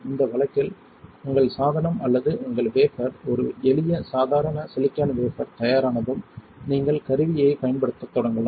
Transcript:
இந்த வழக்கில் உங்கள் சாதனம் அல்லது உங்கள் வேபர் ஒரு எளிய சாதாரண சிலிக்கான் வேபர் தயாரானதும் நீங்கள் கருவியைப் பயன்படுத்தத் தொடங்கலாம்